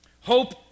Hope